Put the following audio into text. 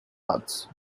arts